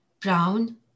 brown